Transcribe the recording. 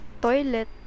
toilet